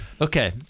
Okay